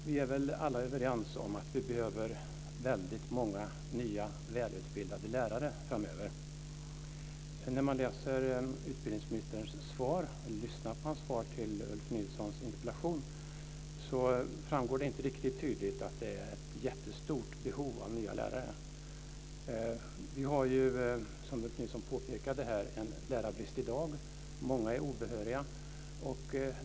Fru talman! Vi är väl alla överens om att vi behöver väldigt många nya välutbildade lärare framöver. När man läser utbildningsministerns svar på Ulf Nilssons interpellation framgår det inte riktigt tydligt att det är ett jättestort behov av nya lärare. Vi har, som Ulf Nilsson påpekade här, en lärarbrist i dag. Många är obehöriga.